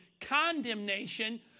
condemnation